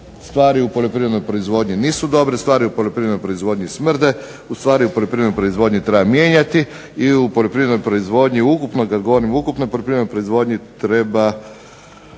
stvari u poljoprivrednoj proizvodnji nisu dobre, stvari u poljoprivrednoj proizvodnji smrde, stvari u poljoprivrednoj proizvodnji treba mijenjati i u poljoprivrednoj proizvodnji ukupnoj, kad govorim u ukupnoj poljoprivrednoj proizvodnji treba